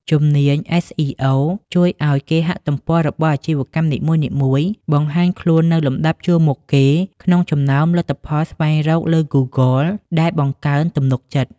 ជំនាញ SEO ជួយឱ្យគេហទំព័ររបស់អាជីវកម្មនីមួយៗបង្ហាញខ្លួននៅលំដាប់ជួរមុខគេក្នុងចំណោមលទ្ធផលស្វែងរកលើ Google ដែលបង្កើនទំនុកចិត្ត។